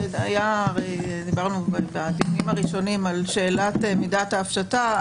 בדיונים הראשונים דיברנו על שאלת מידת ההפשטה.